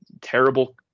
terrible